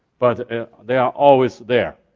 but they are always there.